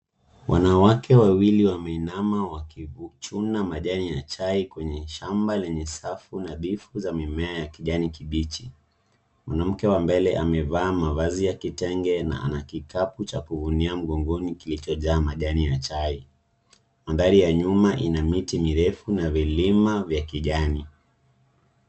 Wanawake wawili wameinama wakichuna majani ya chai kwenye shamba lenye safu na bifu za mimea ya kijani kibichi. Mwanamke wa mbele amevaa mavazi ya kitenge na ana kikapu cha kuvunia mgogoni kilichojaa majani ya chai. Mandhari ya nyuma ina miti mirefu na vilima vya kijani.